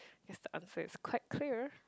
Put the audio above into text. guess the answer is quite clear